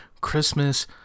Christmas